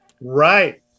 Right